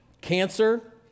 Cancer